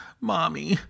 Mommy